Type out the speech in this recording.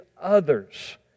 others